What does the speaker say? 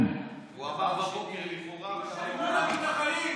אלימות המתנחלים,